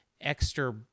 extra